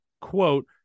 quote